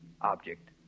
object